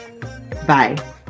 Bye